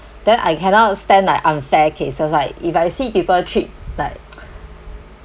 then I cannot stand like unfair cases like if I see people treat like